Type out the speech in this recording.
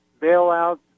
bailouts